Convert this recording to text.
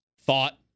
thought